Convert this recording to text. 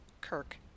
Kirk